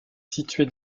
située